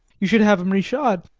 you should have him re-shod.